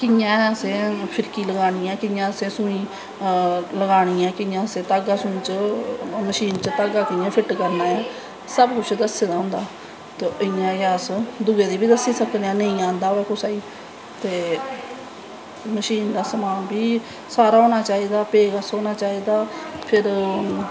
कियां असें फिर्की लगानी ऐ कियां असें सूई लगदा ऐ कियां असैं धागा मशीन च धागा कियां फिट्ट करनां ऐ सब कुश दस्से दा होंदा ते इयां गै अस दुए गी बी दस्सी सकनें आं नेईं आंदा होऐ तां ते मशीन दा समान बी सारा होनां चाही दा पेजकस होनां चाही दा फिर